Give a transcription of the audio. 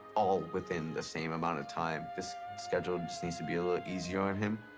all within the same amount of time. this schedule just needs to be a little easier on him,